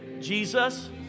Jesus